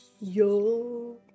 Yo